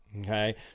Okay